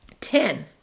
Ten